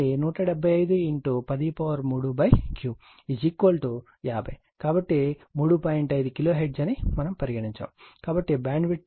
5 kilo hertz అని పరిగణించండి కాబట్టి బ్యాండ్విడ్త్